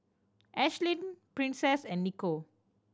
Ashlyn Princess and Nico